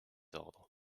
ordres